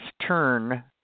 turn